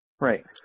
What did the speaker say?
Right